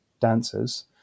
dancers